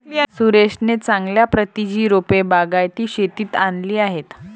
सुरेशने चांगल्या प्रतीची रोपे बागायती शेतीत आणली आहेत